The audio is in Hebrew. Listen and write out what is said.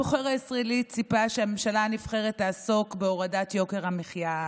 הבוחר הישראלי ציפה שהממשלה הנבחרת תעסוק בהורדת יוקר המחיה,